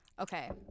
Okay